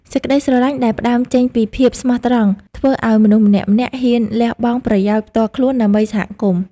សេចក្តីស្រឡាញ់ដែលផ្ដើមចេញពីភាពស្មោះត្រង់ ធ្វើឱ្យមនុស្សម្នាក់ៗហ៊ានលះបង់ប្រយោជន៍ផ្ទាល់ខ្លួនដើម្បីសហគមន៍។